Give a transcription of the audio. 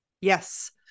Yes